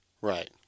right